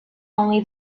only